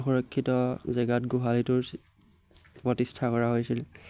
সুৰক্ষিত জেগাত গোহালিটোৰ প্ৰতিষ্ঠা কৰা হৈছিল